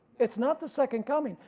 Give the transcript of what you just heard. it's not the second coming,